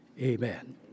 Amen